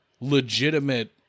legitimate